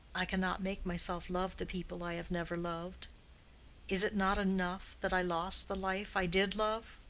i cannot make myself love the people i have never loved is it not enough that i lost the life i did love?